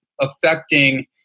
affecting